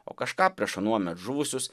o kažką prieš anuomet žuvusius